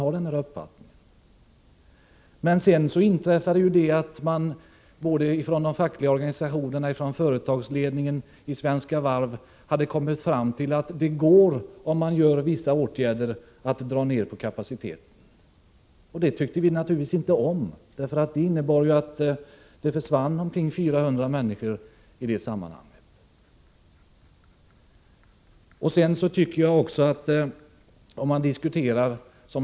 Sedan uppkom emellertid den situationen att både de fackliga organisationerna och företagsledningen i Svenska Varv kom fram till att det går att dra ned på kapaciteten, om man vidtar vissa åtgärder. Det tyckte vi naturligtvis inte om. Det innebar att arbetsuppgifterna försvann för omkring 400 människor.